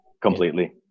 Completely